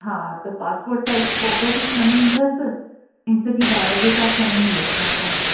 हा त passport size photo बि खणी ईंदसि ऐं सॼी बायोडेटा खणी ईंदसि मां पंहिंजी